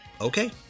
okay